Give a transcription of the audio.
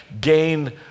gain